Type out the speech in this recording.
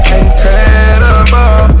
incredible